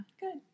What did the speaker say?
Good